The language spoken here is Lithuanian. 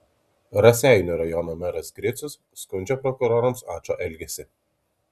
raseinių rajono meras gricius skundžia prokurorams ačo elgesį